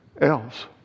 else